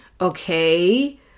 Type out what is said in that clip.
okay